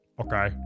Okay